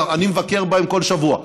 אני מבקר בהן כל שבוע,